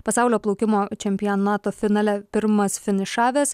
pasaulio plaukimo čempionato finale pirmas finišavęs